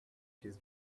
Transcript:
his